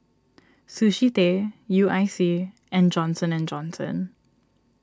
Sushi Tei U I C and Johnson Johnson